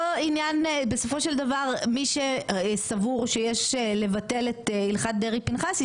בסופו של דבר מי שסבור שיש לבטל את הלכת דרעי-פנחסי